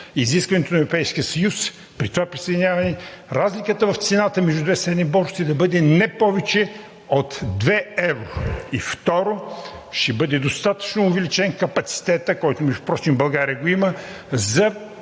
Изискването на Европейския съюз при това присъединяване е разликата в цената между две съседни борси да бъде не повече от две евро. И второ, ще бъде достатъчно увеличен капацитетът, който впрочем България има, за